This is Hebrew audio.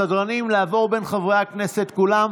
סדרנים, לעבור בין חברי הכנסת כולם.